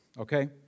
okay